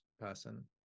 person